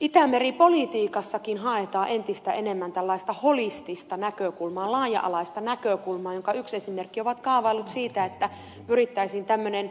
itämeri politiikassakin haetaan entistä enemmän tällaista holistista näkökulmaa laaja alaista näkökulmaa jonka yksi esimerkki ovat kaavailut siitä että pyrittäisiin tämmöinen